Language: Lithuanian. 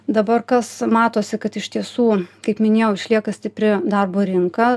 dabar kas matosi kad iš tiesų kaip minėjau išlieka stipri darbo rinka